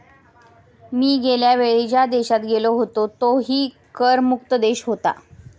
मी गेल्या वेळी ज्या देशात गेलो होतो तोही कर मुक्त देश होता